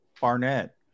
Barnett